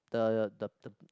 the the